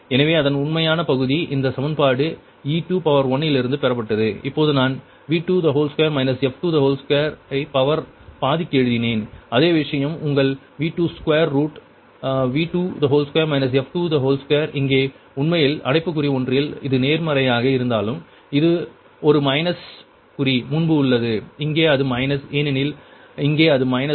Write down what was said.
எனவே அதன் உண்மையான பகுதி இந்த சமன்பாடு e21 இலிருந்து பெறப்பட்டது இப்போது நான் 2 2 ஐ பவர் பாதிக்கு எழுதினேன் அதே விஷயம் உங்கள் 2 ரூட் 2 2 இங்கே உண்மையில் அடைப்புக்குறி ஒன்றில் அது நேர்மறையாக இருந்தாலும் ஒரு மைனஸ் குறி முன்பு உள்ளது இங்கே அது மைனஸ் ஏனெனில் இங்கே அது மைனஸ்